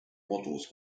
models